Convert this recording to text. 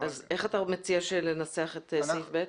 איך אתה מציע שננסח את סעיף (ב)?